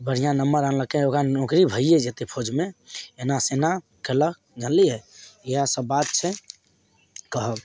बढ़िआँ नम्बर आनलकै ओकरा नौकरी भइए जेतइ फौजमे एनासँ एना कयलक जानलिए इएह सब बात छै कहब